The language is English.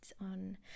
on